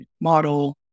model